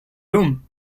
room